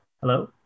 Hello